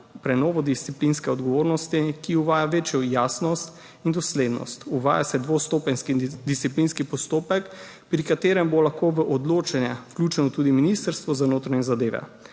prenovo disciplinske odgovornosti, ki uvaja večjo jasnost in doslednost. Uvaja se dvostopenjski disciplinski postopek, pri katerem bo lahko v odločanje vključeno tudi Ministrstvo za notranje zadeve.